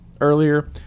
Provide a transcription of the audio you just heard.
earlier